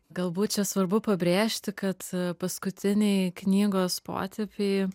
galbūt čia svarbu pabrėžti kad paskutiniai knygos potėpiai